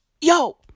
yo